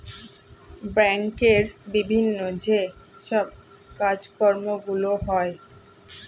ব্যাংকের বিভিন্ন যে সব কাজকর্মগুলো হয়